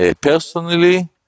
personally